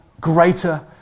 greater